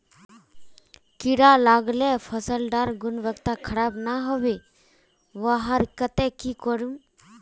कीड़ा लगाले फसल डार गुणवत्ता खराब ना होबे वहार केते की करूम?